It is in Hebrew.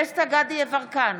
נגד דסטה גדי יברקן,